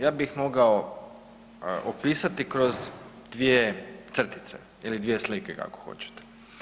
Ja bih ih mogao opisati kroz dvije crtice ili dvije slike kako god hoćete.